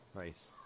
Nice